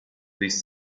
this